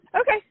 Okay